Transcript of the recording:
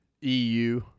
EU